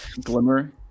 glimmer